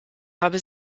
habe